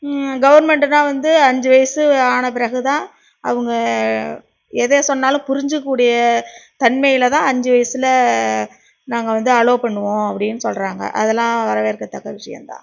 கவுர்மெண்டுன்னா வந்து அஞ்சு வயசு ஆன பிறகுதான் அவங்க எதை சொன்னாலும் புரிஞ்சுக்கக்கூடிய தன்மையில் தான் அஞ்சு வயசில் நாங்கள் வந்து அல்லோவ் பண்ணுவோம் அப்படின்னு சொல்கிறாங்க அதெலாம் வரவேற்க தக்க விஷயம்தான்